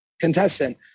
contestant